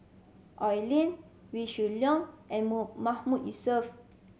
Oi Lin Wee Shoo Leong and Mahmood Yusof